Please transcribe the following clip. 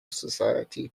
society